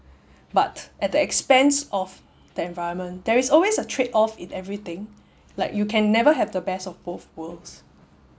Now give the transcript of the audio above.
but at the expense of the environment there is always a trade off in everything like you can never have the best of both worlds